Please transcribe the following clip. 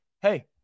Hey